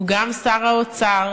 הוא גם שר האוצר,